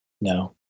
no